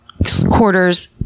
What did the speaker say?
quarters